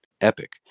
epic